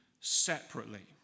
separately